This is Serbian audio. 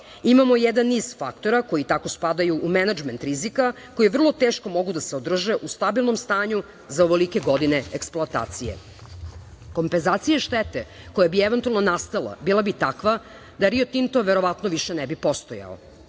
jedan niz faktora koji tako spadaju u menadžment rizika koji vrlo teško mogu da se održe u stabilnom stanju za ovolike godine eksploatacije. Kompenzacija štete koja bi eventualno nastala bila bi takva da Rio Tinto verovatno više ne bi postojao.